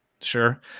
sure